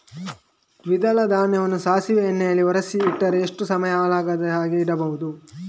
ದ್ವಿದಳ ಧಾನ್ಯವನ್ನ ಸಾಸಿವೆ ಎಣ್ಣೆಯಲ್ಲಿ ಒರಸಿ ಇಟ್ರೆ ಎಷ್ಟು ಸಮಯ ಹಾಳಾಗದ ಹಾಗೆ ಇಡಬಹುದು?